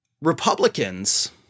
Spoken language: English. Republicans